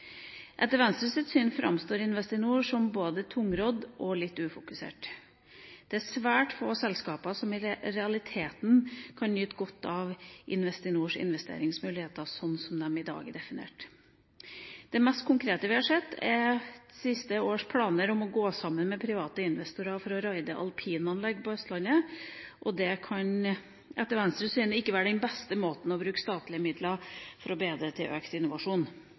Etter Venstres syn framstår Investinor som både tungrodd og litt ufokusert. Det er svært få selskaper som i realiteten kan nyte godt av Investinors investeringsmuligheter, slik de i dag er definert. Det mest konkrete vi har sett de siste årene, er planene om å gå sammen med private investorer om å raide alpinanlegg på Østlandet. Det kan etter Venstres syn ikke være den beste måten å bruke statlige midler på for å bidra til økt innovasjon.